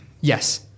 Yes